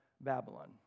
Babylon